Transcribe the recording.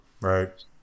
Right